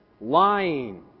Lying